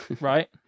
Right